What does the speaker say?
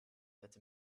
that